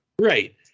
Right